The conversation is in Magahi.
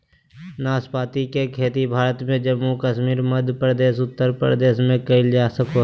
नाशपाती के खेती भारत में जम्मू कश्मीर, मध्य प्रदेश, उत्तर प्रदेश में कइल जा सको हइ